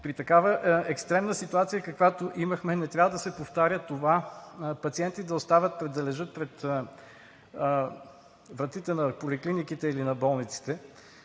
При такава екстремна ситуация, каквато имахме, не трябва да се повтаря това – пациенти да остават да лежат пред вратите на поликлиниките или на болниците,